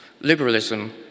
Liberalism